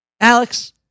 Alex